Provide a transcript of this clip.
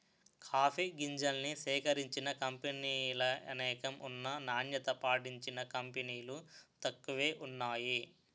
coffee గింజల్ని సేకరించిన కంపినీలనేకం ఉన్నా నాణ్యత పాటించిన కంపినీలు తక్కువే వున్నాయి